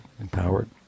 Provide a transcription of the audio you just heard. empowered